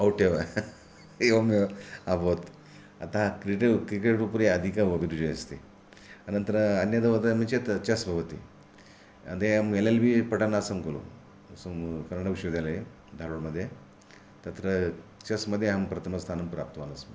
out एव एवमेव अभवत् अतः क्रिकेट् क्रिकेट् उपरि अधिकमभिरुचिः अस्ति अनन्तरं अन्यत् वदामि चेत् चेस् भवति यदा अहं एल् एल् बि पठन् आसम् खलु सं कन्नडविश्वविद्यालये दारवाड् मध्ये तत्र चेस् मध्ये प्रथमस्थानं प्राप्तवानस्ति